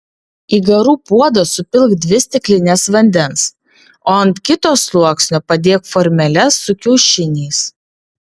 į garų puodą supilk dvi stiklines vandens o ant kito sluoksnio padėk formeles su kiaušiniais